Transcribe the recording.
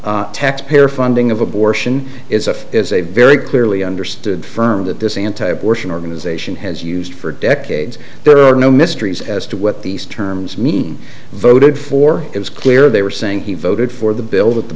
taxpayer funding of abortion is a is a very clearly understood firm that this anti abortion organization has used for decades there are no mysteries as to what these terms mean voted for it was clear they were saying he voted for the bil